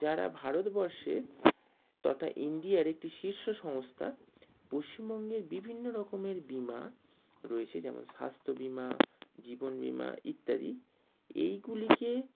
যারা ভারতবর্ষে তথা ইন্ডিয়ার একটি শীর্ষ সংস্থা পশ্চিমবঙ্গের বিভিন্ন রকমের বিমা রয়েছে যেমন স্বাস্থ্য বিমা জীবন বিমা ইত্যাদি এইগুলিকে